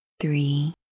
three